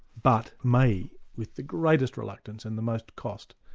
but may with the greatest reluctance and the most cost,